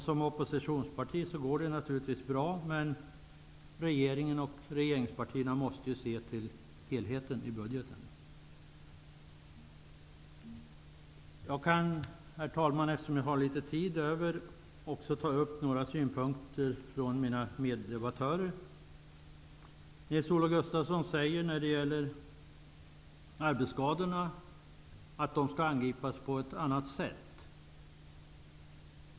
Som oppositionsparti går det naturligvis bra att göra detta, men regeringen och regeringspartierna måste ju se till helheten i budgeten. Herr talman! Eftersom jag har litet tid över kan jag också ta upp några synpunkter från mina meddebattörer. Nils-Olof Gustafsson säger att arbetsskadorna skall angripas på ett annat sätt.